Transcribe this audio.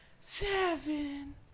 Seven